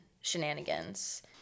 shenanigans